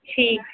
ਠੀਕ